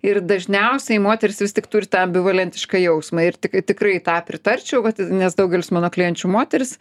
ir dažniausiai moterys vis tik turi tą ambivalentišką jausmą ir tik tikrai tą pritarčiau vat nes daugelis mano klienčių moterys